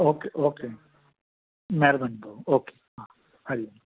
okay okay महिरबानी भाउ okay हां हरी ओम